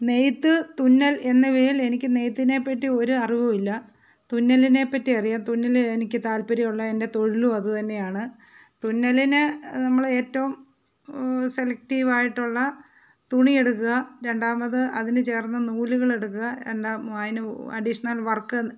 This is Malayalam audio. നെയ്ത് തുന്നൽ എന്നിവയിൽ എനിക്ക് നെയ്ത്തിനെ പറ്റി ഒരറിവുമില്ല തുന്നലിനെ പറ്റി അറിയാം തുന്നൽ എനിക്ക് താല്പര്യമുള്ള എൻ്റെ തൊഴിലും അത് തന്നെയാണ് തുന്നലിന് നമ്മൾ ഏറ്റവും സെലെക്ടിവായിട്ടുള്ള തുണിയെടുക്കുക രണ്ടാമത് അതിന് ചേർന്ന നൂലുകൾ എടുക്കുക രണ്ടാമത് അതിന് അഡിഷണൽ വർക്ക്